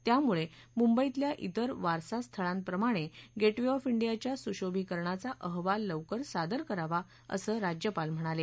त्यामुळे मुंबईतल्या तिर वारसा स्थळांप्रमाणे गेट वे ऑफ ाहियाच्या सुशोभिकरणाचा अहवाल लवकर सादर करावा असं राज्यपाल म्हणाले